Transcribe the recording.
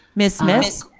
ms. smith,